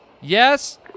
Yes